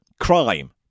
Crime